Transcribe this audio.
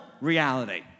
reality